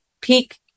peak